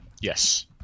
Yes